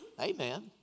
Amen